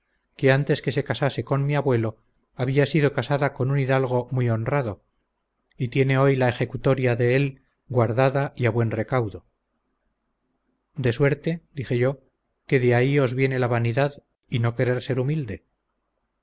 que antes que se casase con mi abuelo había sido casada con un hidalgo muy honrado y tiene hoy la ejecutoria de él guardada y a buen recaudo de suerte dije yo que de ahí os viene la vanidad y no querer ser humilde